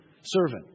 servant